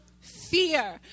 fear